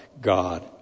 God